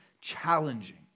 challenging